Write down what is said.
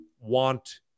want